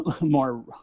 more